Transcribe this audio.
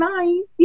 nice